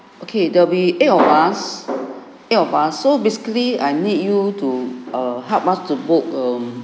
okay there'll be eight of us eight of us so basically I need you to err help us to book um